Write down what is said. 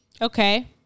Okay